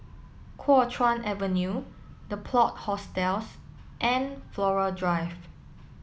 Kuo Chuan Avenue The Plot Hostels and Flora Drive